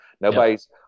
Nobody's